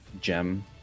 gem